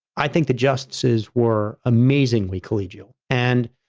i think the justices were amazingly collegial and,